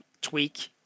tweak